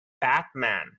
Batman